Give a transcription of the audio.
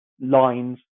lines